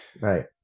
right